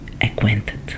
acquainted